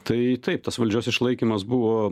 tai taip tas valdžios išlaikymas buvo